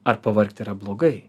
ar pavargti yra blogai